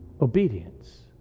obedience